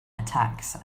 attacks